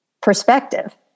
perspective